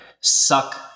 suck